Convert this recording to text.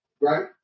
Right